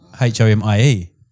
H-O-M-I-E